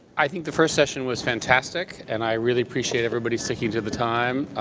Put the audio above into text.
i think the first session was fantastic and i really appreciate everybody sticking to the time.